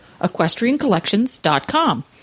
EquestrianCollections.com